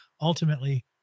Ultimately